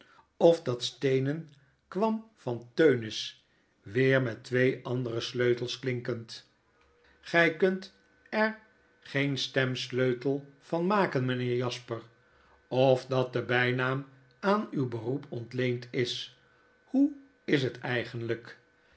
of dat steenen kwam van teunis weer met twee andere sleutels klinkend gii kunt er geen stemsleutelvan maken mpheer jasper of dat de bjnaam aan uw beroep ontleend is hoe is het eigenlijk